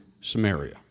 Samaria